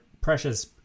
precious